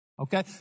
Okay